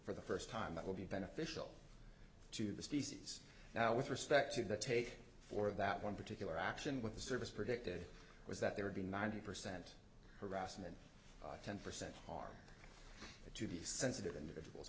for the first time that will be beneficial to the species now with respect to the take for that one particular action with the service predicted was that there would be ninety percent harassment ten percent harm to be sensitive